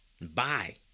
Bye